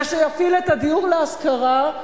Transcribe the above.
ושיפעיל את הדיור להשכרה,